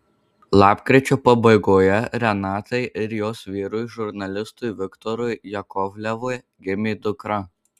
lapkričio pabaigoje renatai ir jos vyrui žurnalistui viktorui jakovlevui gimė dukra